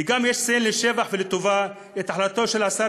וגם יש לציין לשבח ולטובה את החלטתו של השר